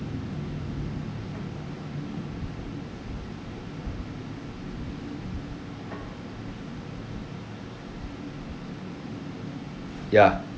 ya